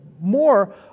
more